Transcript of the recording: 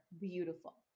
beautiful